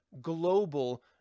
global